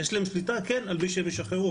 יש להם שליטה על מי שהם ישחררו,